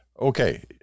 Okay